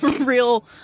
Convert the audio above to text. Real